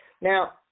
Now